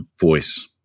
voice